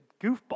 goofball